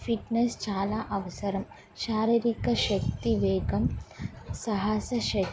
fitness చాలా అవసరం శారీరిక శక్తి వేగం సాహస శక్తి